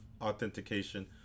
authentication